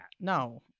No